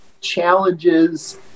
challenges